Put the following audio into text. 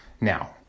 Now